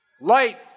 light